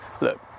look